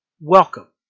Welcome